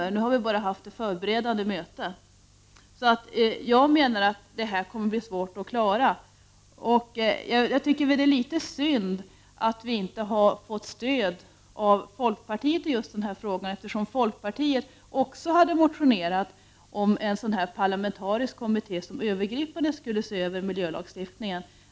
Hittills har vi bara haft ett förberedande möte. Jag menar att detta arbete kommer att bli svårt att klara av. Det är litet synd att vi inte har fått stöd av folkpartiet i just denna fråga, eftersom folkpartiet också har motionerat om en parlamentarisk kommitté som skulle göra en övergripande översyn av miljölagstiftningen.